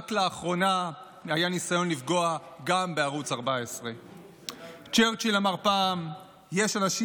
רק לאחרונה היה ניסיון לפגוע גם בערוץ 14. צ'רצ'יל אמר פעם: "יש אנשים